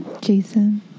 Jason